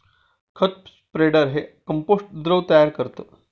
खत स्प्रेडर हे कंपोस्ट द्रव तयार करतं